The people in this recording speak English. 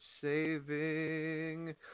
saving